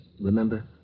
Remember